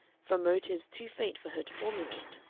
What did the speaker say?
from motives too faint for her to formulate,